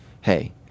hey